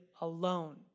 alone